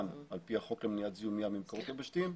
ע"פ החוק למניעת זיהום ים ממקורות יבשתיים.